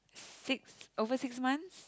six over six months